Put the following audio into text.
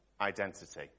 identity